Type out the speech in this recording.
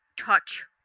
Touch